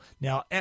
Now